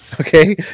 okay